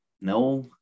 no